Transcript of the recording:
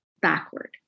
backward